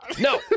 no